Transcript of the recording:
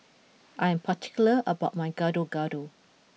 I am particular about my Gado Gado